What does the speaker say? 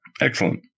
excellent